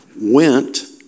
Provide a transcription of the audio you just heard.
went